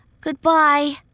Goodbye